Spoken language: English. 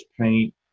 paint